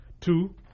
Two